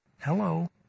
Hello